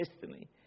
destiny